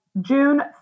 June